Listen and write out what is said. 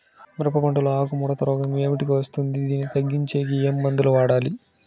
మిరప పంట లో ఆకు ముడత రోగం ఏమిటికి వస్తుంది, దీన్ని తగ్గించేకి ఏమి మందులు వాడాలి?